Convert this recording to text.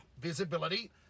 visibility